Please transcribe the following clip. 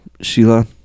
sheila